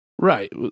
Right